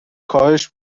کاهش